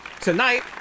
tonight